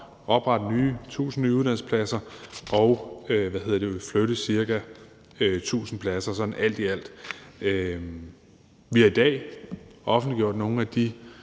oprette 1.000 nye uddannelsespladser og flytte ca. 1.000 pladser sådant alt i alt. Vi har i dag offentliggjort nogle af de